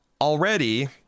already